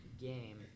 game